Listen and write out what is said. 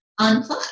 unplug